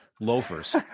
loafers